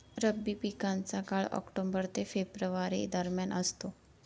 रब्बी पिकांचा काळ ऑक्टोबर ते फेब्रुवारी दरम्यान असतो